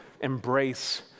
embrace